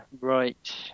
Right